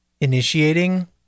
initiating